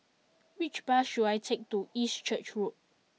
which bus should I take to East Church Road